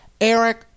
Eric